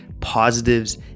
positives